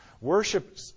Worship